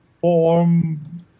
form